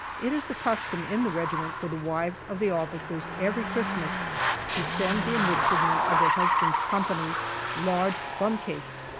it is the custom in the regiment for the wives of the officers every christmas to send the enlisted men of their husbands' companies large plum cakes,